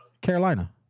Carolina